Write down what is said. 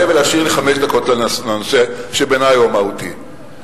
ולהשאיר לי חמש דקות לנושא שבעיני הוא המהותי.